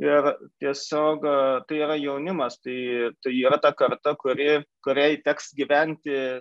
ir tiesiog tai yra jaunimas tai yra ta karta kuri kuriai teks gyventi